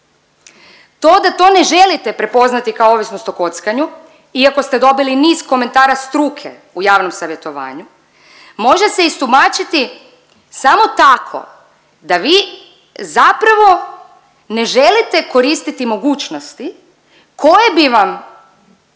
To da to ne želite prepoznati kao ovisnost o kockanju, iako ste dobili niz komentara struke u javnom savjetovanju može se istumačiti samo tako da vi zapravo ne želite koristiti mogućnosti koje bi vam to da